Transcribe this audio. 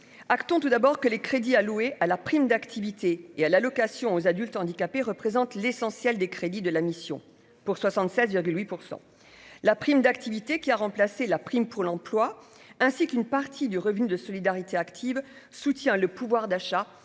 Acton tout d'abord que les crédits alloués à la prime d'activité et à l'allocation aux adultes handicapés représentent l'essentiel des crédits de la mission, pour 76 virgule 8 % la prime d'activité qui a remplacé la prime pour l'emploi, ainsi qu'une partie du revenu de solidarité active soutient le pouvoir d'achat